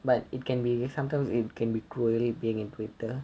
but it can be sometimes it can be cruel being in twitter